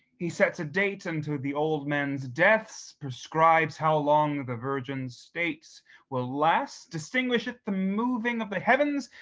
he sets a date unto the old men's deaths, prescribes how long the virgin's states will last, distinguisheth the moving of the heavens,